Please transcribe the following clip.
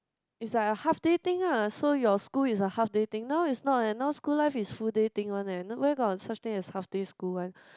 is like a half day thing ah so your school is a half day thing now is not eh now school life is full day thing one eh where got such thing as half day school one